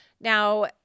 Now